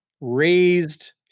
raised